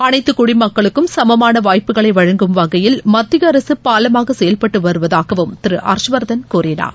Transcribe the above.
அனைத்து குடிமக்களுக்கும் சமமான வாய்ப்புகளை வழங்கும் வகையில் மத்திய அரசு பாலமாக செயல்பட்டு வருவதாகவும் திரு ஹர்ஷ்வர்தன் கூறினார்